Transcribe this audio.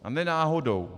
A ne náhodou.